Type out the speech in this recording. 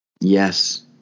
yes